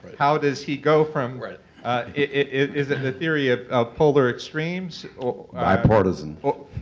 how does he go from, is it the theory of polar extremes bi-partisan. but